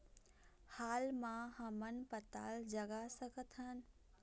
हाल मा हमन पताल जगा सकतहन?